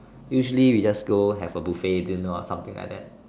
usually we just go have a buffet dinner or something like that